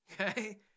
okay